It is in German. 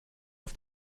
auf